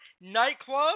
nightclub